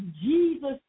Jesus